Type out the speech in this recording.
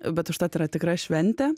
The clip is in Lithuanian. bet užtat yra tikra šventė